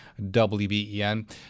WBEN